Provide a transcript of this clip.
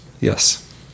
Yes